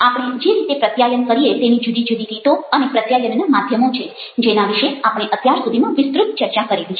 આપણે જે રીતે પ્રત્યાયન કરીએ તેની જુદી જુદી રીતો અને પ્રત્યાયનના માધ્યમો છે જેના વિશે આપણે અત્યાર સુધીમાં વિસ્તૃત ચર્ચા કરેલી છે